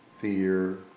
fear